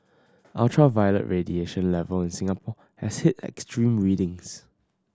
ultraviolet radiation level in Singapore has hit extreme readings